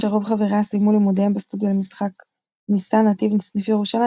אשר רוב חבריה סיימו לימודיהם בסטודיו למשחק ניסן נתיב סניף ירושלים,